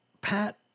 Pat –